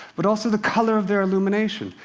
but also the color of their illumination,